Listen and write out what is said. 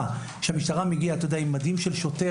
למשטרה וכשהמשטרה מגיעה היא מגיעה עם מדי שוטר